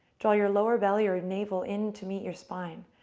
draw your lower belly or your navel in to meet your spine.